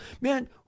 man